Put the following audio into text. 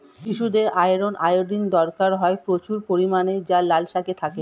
শিশুদের iron, iodine দরকার হয় প্রচুর পরিমাণে যা লাল শাকে থাকে